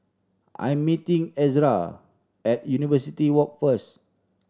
I am meeting Ezra at University Walk first